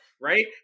Right